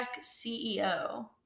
ceo